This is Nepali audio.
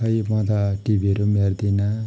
खै म त टिभीहरू पनि हेर्दिनँ